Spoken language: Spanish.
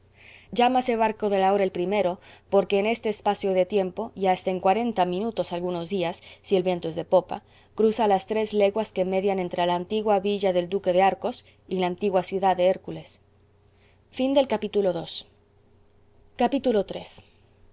legumbres llámase barco de la hora el primero porque en este espacio de tiempo y hasta en cuarenta minutos algunos días si el viento es de popa cruza las tres leguas que median entre la antigua villa del duque de arcos y la antigua ciudad de hércules iii